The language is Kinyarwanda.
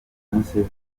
museveni